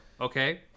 Okay